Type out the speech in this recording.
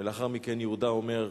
ולאחר מכן יהודה אומר: